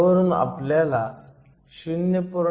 ह्यावरून आपल्याला 0